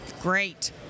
great